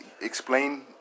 explain